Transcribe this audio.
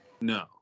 No